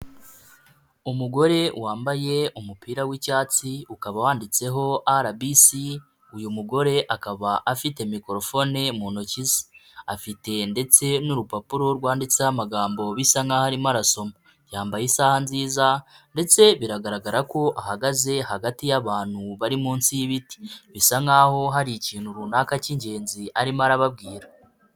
Umugore wambaye umupira w'icyatsi, ukaba wanditseho RBC, uyu mugore akaba afite mikorofone mu ntoki ze, afite ndetse n'urupapuro rwanditseho amagambo bisa nk'aho arimo arasoma, yambaye isaha nziza ndetse biragaragara ko ahagaze hagati y'abantu, bari munsi y'ibiti, bisa nk'aho hari ikintu runaka cy'ingenzi arimo arababwira.